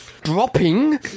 Dropping